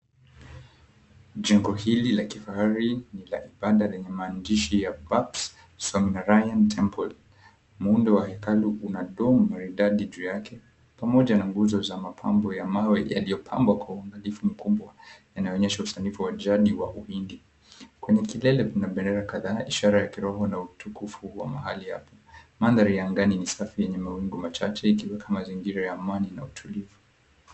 Jengo hili la kifahari ni lina kipande lenye maandishi Paps Somina Ryan Temple. Muundo wa hekalu una dom maridadi juu yake pamoja na nguzo za mapambo ya mawe yaliyopambwa kwa unadhifu mkubwa, inaonyesha usanifu wa jadi wa uhindi. Kwenye kilele kuna bendera kadhaa ishara ya kiroho na utukufu mkubwa mahali hapa. Mandhari ya angani ni safi yenye mawingu machache ikiweka mazingira ya amani na utulivu.